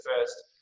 first